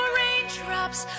raindrops